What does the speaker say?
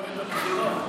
עד מועד הבחירה.